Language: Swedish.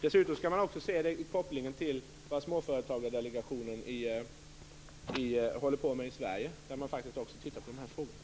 Dessutom skall man se det i koppling till vad Småföretagardelegationen gör i Sverige. De tittar också närmare på dessa frågor.